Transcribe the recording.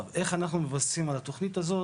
איך אנחנו מבססים על התוכנית הזאת?